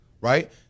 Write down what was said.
right